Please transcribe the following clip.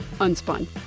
Unspun